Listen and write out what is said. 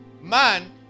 man